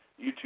YouTube